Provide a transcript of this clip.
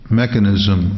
mechanism